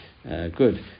Good